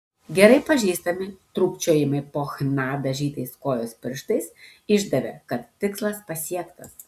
gerai pažįstami trūkčiojimai po chna dažytais kojos pirštais išdavė kad tikslas pasiektas